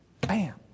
Bam